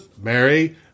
Mary